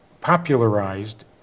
popularized